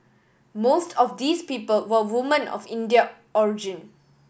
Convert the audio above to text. most of these people were woman of Indian origin